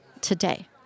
today